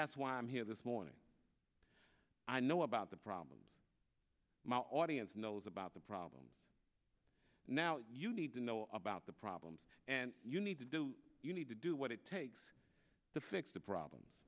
that's why i'm here this morning i know about the problems my audience knows about the problem now you need to know about the problems and you need to do you need to do what it takes to fix the problems